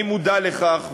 אני מודע לכך,